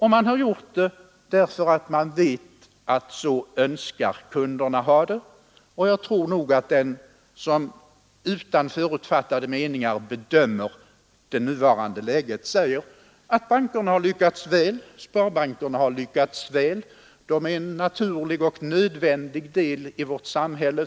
Man har gjort det därför att man vet att så önskar kunderna ha det. Jag tror nog att den som utan förutfattade meningar bedömer det nuvarande läget måste säga att bankerna har lyckats väl. Det gäller för sparbankerna, de är en naturlig och nödvändig del av vårt samhälle.